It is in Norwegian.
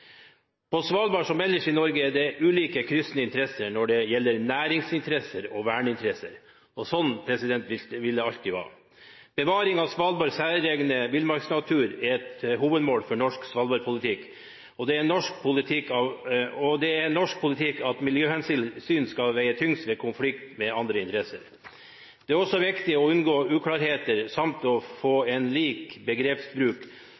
På Svalbard, som ellers i Norge, er det ulike kryssende interesser når det gjelder næringsinteresser og verneinteresser, og sånn vil det alltid være. Bevaring av Svalbards særegne villmarksnatur er et hovedmål for norsk svalbardpolitikk, og det er norsk politikk at miljøhensyn skal veie tyngst ved konflikt med andre interesser. Det er også viktig å unngå uklarheter samt få en lik begrepsbruk,